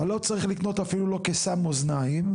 אתה לא צריך לקנות אפילו לא קיסם אוזניים.